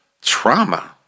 Trauma